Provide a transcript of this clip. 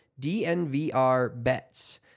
DNVRBETS